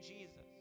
Jesus